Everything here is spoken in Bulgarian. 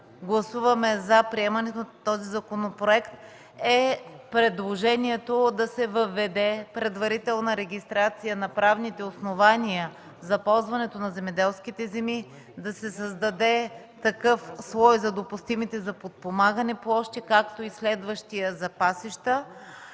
гласуваме за приемането на този законопроект е предложението да се въведе предварителна регистрация на правните основания за ползването на земеделските земи, да се създаде такъв слой за допустимите за подпомагане площи, както и следващият за пасища.